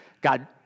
God